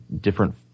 different